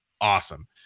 awesome